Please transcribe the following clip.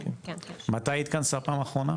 מתי התכנסה בפעם האחרונה?